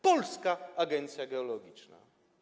Polska Agencja Geologiczna.